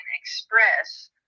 express